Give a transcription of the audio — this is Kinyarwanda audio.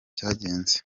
cyagenze